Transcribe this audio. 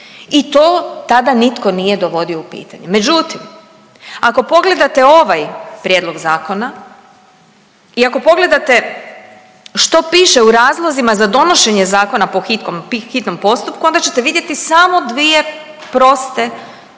i to tada nitko nije dovodio u pitanje. Međutim, ako pogledate ovaj prijedlog zakona i ako pogledate što piše u razlozima za donošenje zakona po hitnom postupku onda ćete vidjeti samo dvije proste, prosto